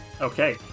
Okay